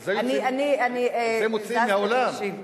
על זה מוציאים מהאולם,